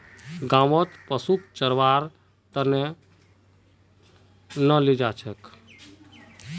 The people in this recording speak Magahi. गाँउत पशुक चरव्वार त न ले जा छेक